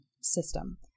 system